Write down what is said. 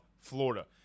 Florida